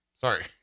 Sorry